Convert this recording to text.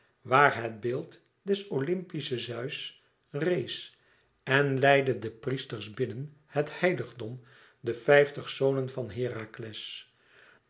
waar het beeld des olympischen zeus rees en leidden de priesters binnen het heiligdom de vijftig zonen van herakles